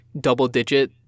double-digit